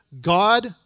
God